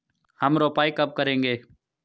हम रोपाई कब करेंगे?